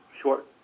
short